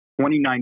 2019